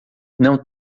não